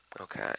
Okay